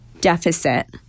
deficit